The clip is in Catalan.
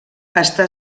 està